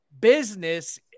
business